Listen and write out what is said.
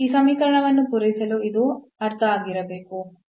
ಈ ಸಮೀಕರಣವನ್ನು ಪೂರೈಸಲು ಇದು ಆಗಿರಬೇಕು